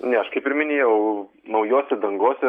ne aš kaip ir minėjau naujose dangose